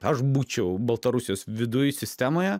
aš būčiau baltarusijos viduj sistemoje